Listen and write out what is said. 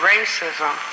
Racism